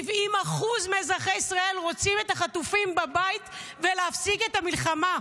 70% מאזרחי ישראל רוצים את החטופים בבית ולהפסיק את המלחמה.